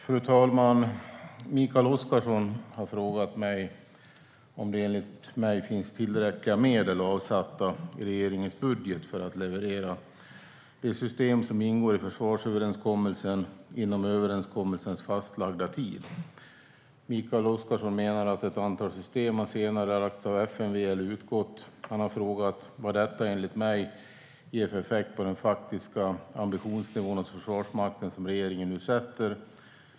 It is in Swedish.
Fru talman! Mikael Oscarsson har frågat mig om det enligt mig finns tillräckliga medel avsatta i regeringens budget för att leverera de system som ingår i försvarsöverenskommelsen inom överenskommelsens fastlagda tid. Mikael Oscarsson menar att ett antal system har senarelagts av FMV eller utgått. Han har frågat vilken effekt detta enligt mig ger på Försvarsmaktens faktiska ambitionsnivå som regeringen nu slår fast.